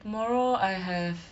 tomorrow I have